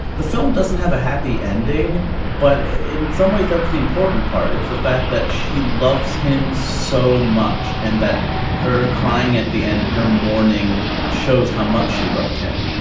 the film doesn't have a happy ending but in some ways that's the important part. it's the fact that she loves him so much and that her crying at the end and her morning shows how much she loved him.